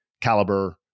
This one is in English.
caliber